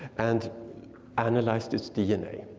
and analyzed its dna.